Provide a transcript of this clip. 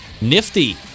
Nifty